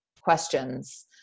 questions